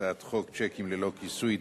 חוק שיקים ללא כיסוי,